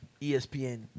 ESPN